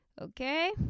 okay